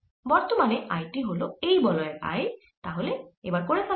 বর্তমানে এই I টি হল এই বলয়ের I তাহলে এবার করে ফেলা যাক